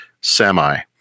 semi